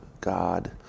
God